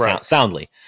soundly